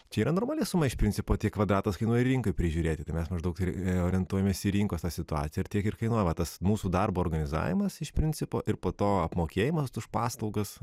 čia yra normali suma iš principo tiek kvadratas kainuoja rinkoj prižiūrėti tai mes maždaug ir orientuojamės į rinkos tą situacija ir tiek ir kainuoja va tas mūsų darbo organizavimas iš principo ir po to apmokėjimas už paslaugas